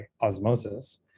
osmosis